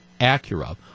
Acura